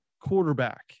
quarterback